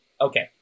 Okay